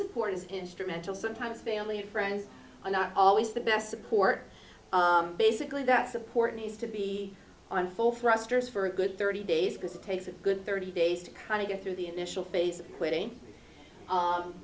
support is instrumental sometimes family and friends are not always the best support basically that support needs to be on full thrusters for a good thirty days because it takes a good thirty days to kind of get through the initial phase of quitting